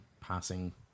passing